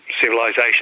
civilization